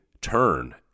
turn